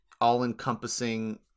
all-encompassing